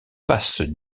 passe